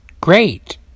Great